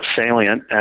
salient